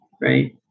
right